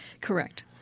Correct